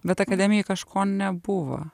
bet akademijai kažko nebuvo